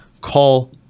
call